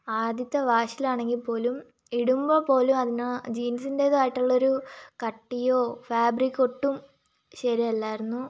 ആദ്യത്തെ വാഷിലാണെങ്കിൽ പോലും ഇടുമ്പോൾ പോലും അതിന് ജീൻസിൻ്റെതായിട്ടുള്ള ഒരു കട്ടിയോ ഫാബ്രിക് ഒട്ടും ശരിയല്ലായിരുന്നു